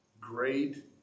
great